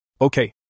Okay